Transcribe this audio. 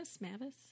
mavis